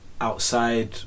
Outside